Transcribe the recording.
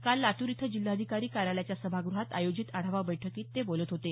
काल लातूर इथं जिल्हाधिकारी कार्यालयाच्या सभागृहात आयोजित आढावा बैठकीत ते बोलत होते